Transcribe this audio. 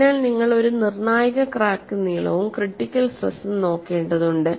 അതിനാൽ നിങ്ങൾ ഒരു നിർണ്ണായക ക്രാക്ക് നീളവും ക്രിട്ടിക്കൽ സ്ട്രെസും നോക്കേണ്ടതുണ്ട്